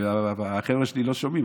החבר'ה שלי לא שומעים,